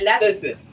Listen